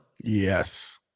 Yes